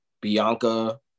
Bianca